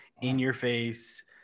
in-your-face